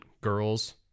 girls